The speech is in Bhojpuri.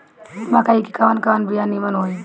मकई के कवन कवन बिया नीमन होई?